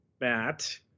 Matt